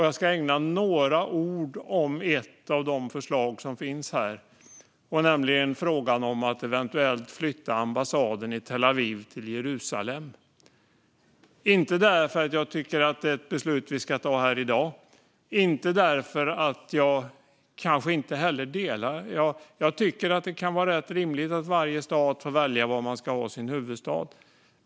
Jag ska ägna några ord åt ett av förslagen: frågan om att eventuellt flytta ambassaden i Tel Aviv till Jerusalem. Jag tycker inte att det är ett beslut som vi ska ta här i dag. Jag kanske inte heller håller med. Jag tycker att det är ganska rimligt att varje stat får välja var man ska ha sin huvudstad.